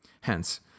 Hence